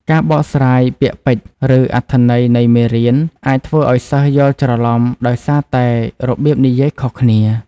ការបកស្រាយពាក្យពេចន៍ ឬអត្ថន័យនៃមេរៀនអាចធ្វើឱ្យសិស្សយល់ច្រឡំដោយសារតែរបៀបនិយាយខុសគ្នា។